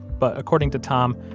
but, according to tom,